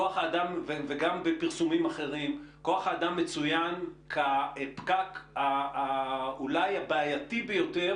וגם בפרסומים אחרים כוח האדם מצוין כפקק אולי הבעייתי ביותר.